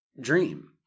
dream